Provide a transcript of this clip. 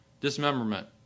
dismemberment